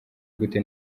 gute